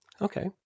Okay